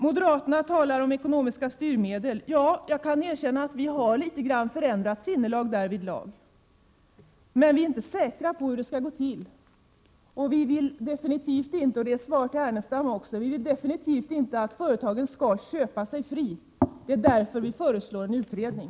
Moderaterna talar om ekonomiska styrmedel. Jag kan erkänna att vi har litet grand förändrat vårt synsätt därvidlag. Men vi är inte säkra på hur det skall gå till, och vi vill definitivt inte — det är svar till Lars Ernestam också — att företagen skall kunna köpa sig fria. Det är därför vi föreslår en utredning.